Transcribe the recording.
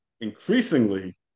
increasingly